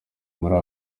muri